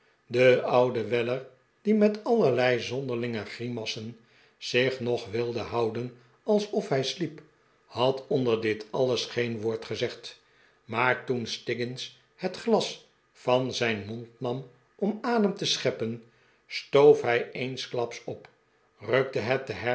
de oude weller die met allerlei zonderlinge grimassen zich nog wilde houden alsof hij sliep had onder dit alles geen woord gezegdj maar toen stiggins het glas van zijn mond nam om adem te seheppen stoof hij eensklaps op rukte het